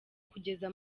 kugeza